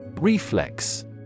Reflex